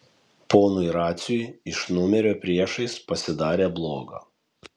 ponui raciui iš numerio priešais pasidarė bloga